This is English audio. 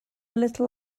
little